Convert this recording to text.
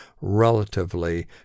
relatively